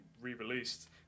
re-released